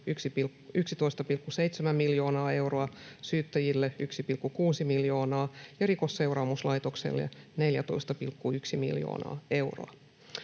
11,7 miljoonaa euroa, syyttäjille 1,6 miljoonaa ja Rikosseuraamuslaitokselle 14,1 miljoonaa euroa.